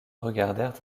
regardèrent